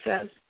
says